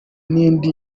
n’indi